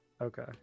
Okay